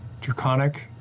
draconic